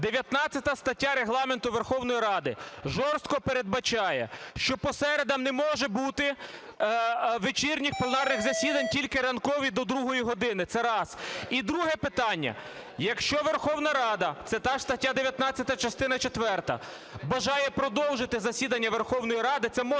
19 стаття Регламенту Верховної Ради жорстко передбачає, що по середам не може бути вечірніх пленарних засідань, тільки ранкові до 2-ї години. Це раз. І друге питання. Якщо Верховна Рада, це та ж стаття 19 частина четверта, бажає продовжити засідання Верховної Ради, це може бути